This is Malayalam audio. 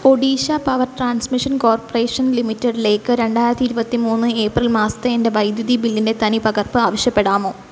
ഒഡീഷ പവർ ട്രാൻസ്മിഷൻ കോർപ്പറേഷൻ ലിമിറ്റഡിലേക്ക് രണ്ടായിരത്തി ഇരുപത്തി മൂന്ന് ഏപ്രിൽ മാസത്തെ എന്റെ വൈദ്യുതി ബില്ലിന്റെ തനിപ്പകർപ്പ് ആവശ്യപ്പെടാമോ